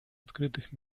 открытых